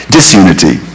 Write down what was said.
Disunity